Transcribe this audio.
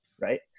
Right